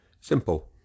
Simple